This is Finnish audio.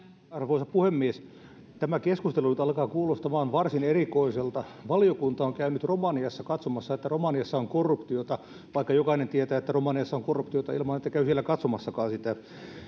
arvoisa puhemies tämä keskustelu nyt alkaa kuulostamaan varsin erikoiselta valiokunta on käynyt romaniassa katsomassa että romaniassa on korruptiota vaikka jokainen tietää että romaniassa on korruptiota ilman että käy siellä katsomassakaan sitä ja